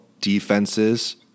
defenses